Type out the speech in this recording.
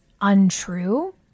untrue